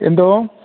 എന്തോ